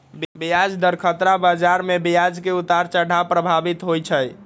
ब्याज दर खतरा बजार में ब्याज के उतार चढ़ाव प्रभावित होइ छइ